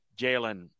Jalen